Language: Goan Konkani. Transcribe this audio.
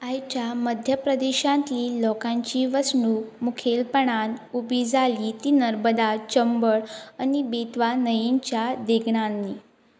आयच्या मध्य प्रदेशांतली लोकांची वसणूक मुखेलपणान उबी जाली ती नर्मदा चंबळ आनी बेतवा न्हंयेच्या देगणांनी